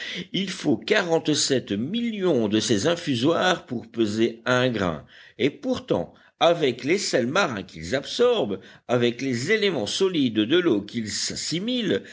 il faut quarante-sept millions de ces infusoires pour peser un grain et pourtant avec les sels marins qu'ils absorbent avec les éléments solides de l'eau qu'ils s'assimilent